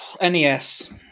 NES